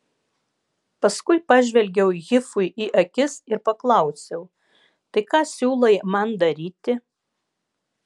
paskui pažvelgiau hifui į akis ir paklausiau tai ką siūlai man daryti